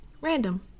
random